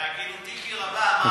בהגינותי כי רבה אמרתי את זה.